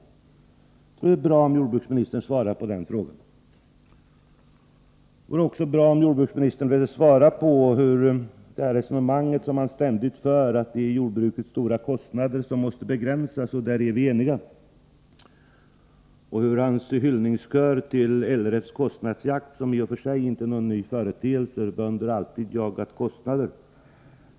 Jag tror det är bra om jordbruksministern svarar på den frågan. Jordbruksministern för ständigt ett resonemang om att jordbrukets stora kostnader måste begränsas — på den punkten är vi eniga — och lovsjunger LRF:s kostnadsjakt, som inte i och för sig är någon ny företeelse; bönder har alltid jagat kostnader.